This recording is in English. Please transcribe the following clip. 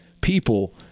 people